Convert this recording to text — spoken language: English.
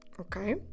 okay